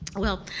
well,